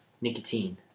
nicotine